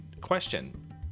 question